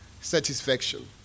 satisfaction